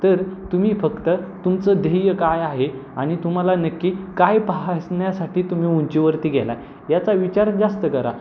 तर तुम्ही फक्त तुमचं ध्येय काय आहे आणि तुम्हाला नक्की काय पाहण्यासाठी तुम्ही उंचीवरती गेला याचा विचार जास्त करा